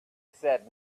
said